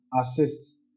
assists